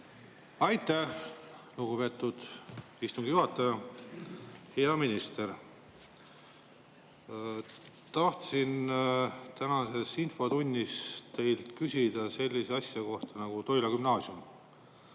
Aitäh, lugupeetud istungi juhataja! Hea minister! Tahtsin tänases infotunnis teilt küsida sellise asja kohta nagu Toila Gümnaasium